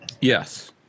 yes